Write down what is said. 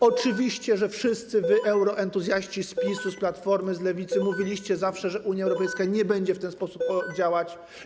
Oczywiście, że wszyscy wy euroentuzjaści z PiS-u, z Platformy, z Lewicy mówiliście zawsze, że Unia Europejska nie będzie w ten sposób działać.